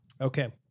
Okay